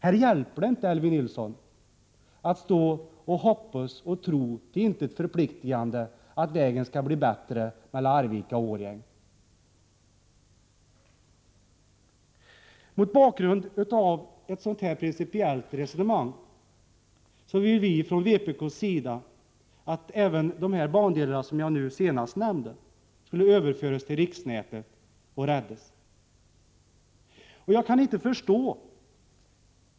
Här hjälper det inte, Elvy Nilsson, att hoppas och tro till intet förpliktigande att vägen skall bli bättre mellan Arvika och Årjäng. Mot bakgrund av ett sådant principiellt resonemang vill vi från vpk:s sida att även de bandelar som jag senast nämnde skall överföras till riksnätet och räddas.